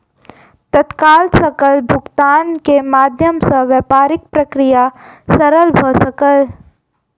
तत्काल सकल भुगतान के माध्यम सॅ व्यापारिक प्रक्रिया सरल भ सकल